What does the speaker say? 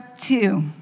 two